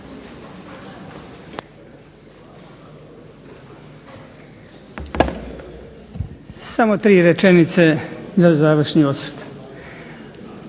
Samo tri rečenice za završni osvrt.